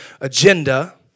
agenda